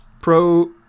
pro